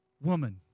woman